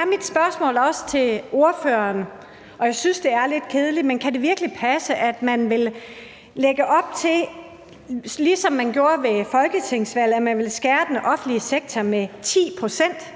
er mit spørgsmål til ordføreren – og jeg synes, det er lidt kedeligt – om det virkelig kan passe, at man vil lægge op til, ligesom man gjorde ved folketingsvalget, at man vil beskære den offentlige sektor med 10 pct.